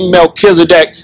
Melchizedek